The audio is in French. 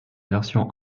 version